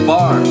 Bar